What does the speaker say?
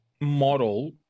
model